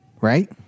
right